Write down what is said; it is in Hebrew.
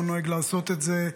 אני לא נוהג לעשות את זה,